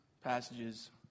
passages